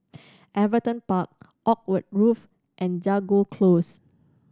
Everton Park Oakwood Grove and Jago Close